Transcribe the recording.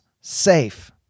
SAFE